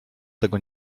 tego